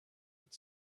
with